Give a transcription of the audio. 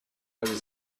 was